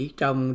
trong